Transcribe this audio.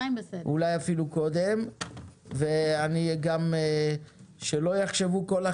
אני שמחה מאוד, אדוני